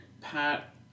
Pat